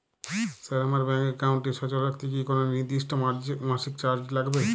Sir আমার bank একাউন্টটি সচল রাখতে কি কোনো নির্দিষ্ট মাসিক চার্জ লাগবে?